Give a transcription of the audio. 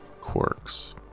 quirks